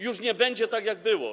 Już nie będzie tak, jak było.